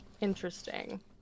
Interesting